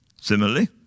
Similarly